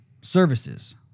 services